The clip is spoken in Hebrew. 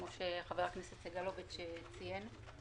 כפי שחבר הכנסת סגלוביץ' ציין,